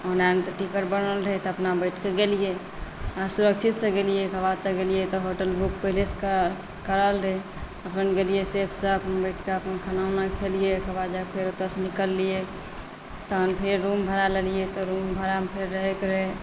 ओना तऽ टिकट बनल रहै तऽ अपना बैठिकऽ गेलिए अपना सुरक्षितसँ गेलिए ओकरा बाद गेलिए तऽ होटल बुक पहिलेसँ कराओल रहै अपन गेलिए सेफसँ अपन बैठिकऽ खाना वाना खेलिए ओकर बाद जाकऽ फेर ओतऽसँ निकललिए तहन फेर रूम भाड़ा लेलिए तऽ रूम भाड़ामे फेर रहैके रहै